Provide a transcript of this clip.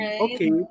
okay